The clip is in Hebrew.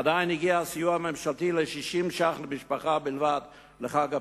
עדיין הגיע הסיוע הממשלתי ל-60 ש"ח בלבד למשפחה לחג הפסח.